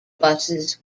buses